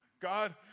God